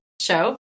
show